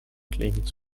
clemens